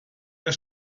der